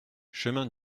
chemin